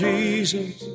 Jesus